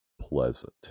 pleasant